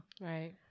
Right